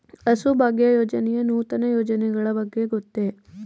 ಹಸುಭಾಗ್ಯ ಯೋಜನೆಯ ನೂತನ ಯೋಜನೆಗಳ ಬಗ್ಗೆ ಗೊತ್ತೇ?